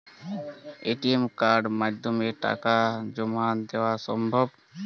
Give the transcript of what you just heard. ATM কার্ডের মাধ্যমে টাকা জমা দেওয়া সম্ভব?